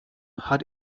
hat